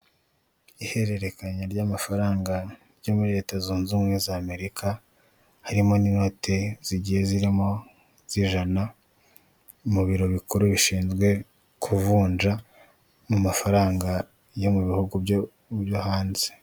Ihererekanya ry'amafaranga ryo muri leta zunze ubumwe za Amerika, harimo n'inote zigiye zirimo zijana, mu biro bikuru bishinzwe kuvunja mu mafaranga yo mu bihugu byo hanze.